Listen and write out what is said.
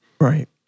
Right